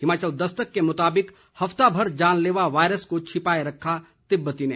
हिमाचल दस्तक के मुताबिक हफ्ता भर जानलेवा वायरस को छिपाए रखा तिब्बती ने